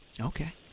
Okay